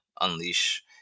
unleash